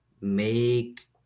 make